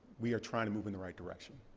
we are trying to move in the right direction.